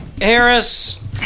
Harris